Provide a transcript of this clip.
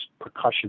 percussion